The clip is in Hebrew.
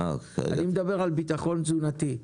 אני מדבר על ביטחון תזונתי.